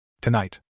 Tonight